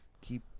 Keep